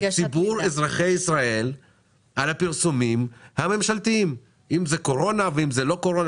ציבור אזרחי ישראל על הפרסומים הממשלתיים אם זה קורונה ואם זה לא קורונה,